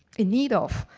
in need of,